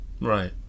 Right